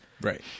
Right